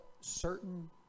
certain